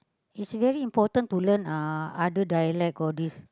it's very important to learn uh other dialect all this